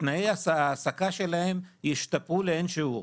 ותנאי ההעסקה שלהן ישתפרו לאין שיעור.